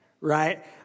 right